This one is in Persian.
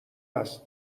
هست